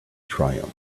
triumph